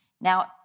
Now